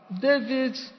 David